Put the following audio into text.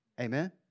Amen